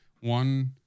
One